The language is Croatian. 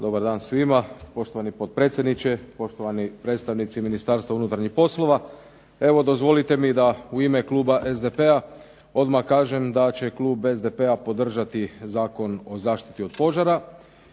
Dobar dan svima. Poštovani potpredsjedniče, poštovani predstavnici Ministarstva unutarnjih poslova. Evo dozvolite mi da u ime kluba SDP-a odmah kažem da će klub SDP-a podržati Zakon o zaštiti od požara